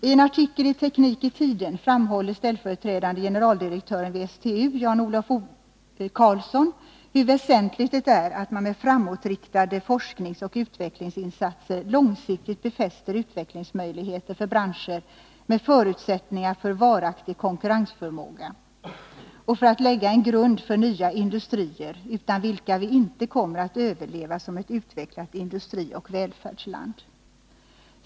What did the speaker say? Ten artikel i Teknik i tiden framhåller ställföreträdande generaldirektören vid STU Jan-Olof Karlsson hur väsentligt det är att man med framåtriktade forskningsoch utvecklingsinsatser långsiktigt befäster utvecklingsmöjligheter för branscher med förutsättningar för varaktig konkurrensförmåga och för att lägga en grund för nya industrier utan vilka Sverige inte kommer att överleva som ett utvecklat industrioch välfärdsland.